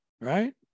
right